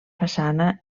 façana